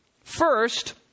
first